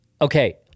okay